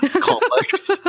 complex